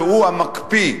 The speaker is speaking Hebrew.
שהוא המקפיא.